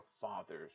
father's